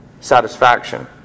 satisfaction